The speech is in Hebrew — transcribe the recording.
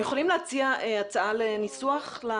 להציע הצעה לניסוח?